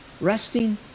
resting